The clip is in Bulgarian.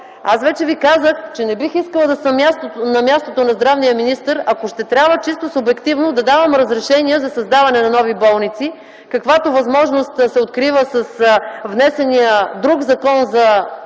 Аз вече ви казах, че не бих искала да съм на мястото на здравния министър, ако ще трябва чисто субективно да давам разрешения за създаване на нови болници, каквато възможност се открива с внесения друг закон за изменение